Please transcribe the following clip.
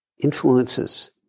influences